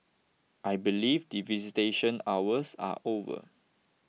I believe the visitation hours are over